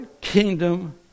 kingdom